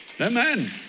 Amen